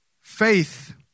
Faith